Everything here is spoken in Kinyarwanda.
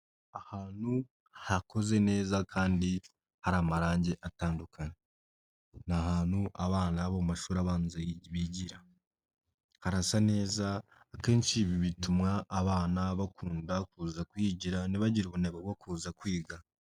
Ahantu hakoze neza kandi hari amarangi atandukanye, ni ahantu abana bo mu mashuri abanza bigira harasa neza, akenshi ibi bituma abana bakunda kuza kwigira ntibagire ubunebwe bwo kuza kwiga.